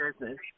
business